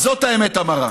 זאת האמת המרה.